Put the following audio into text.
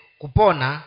kupona